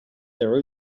their